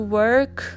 work